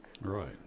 Right